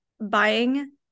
buying